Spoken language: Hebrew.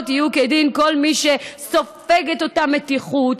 יהיו כדין כל מי שסופג את אותה מתיחות.